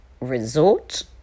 resort